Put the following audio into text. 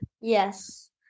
Yes